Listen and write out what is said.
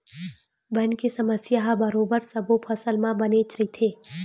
बन के समस्या ह बरोबर सब्बो फसल म बनेच रहिथे